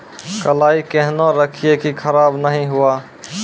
कलाई केहनो रखिए की खराब नहीं हुआ?